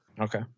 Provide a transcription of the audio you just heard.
Okay